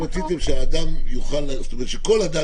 אתם בעצם רציתם ליצור מצב שבו כל אדם